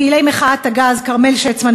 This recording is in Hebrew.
פעילי מחאת הגז כרמל שצמן,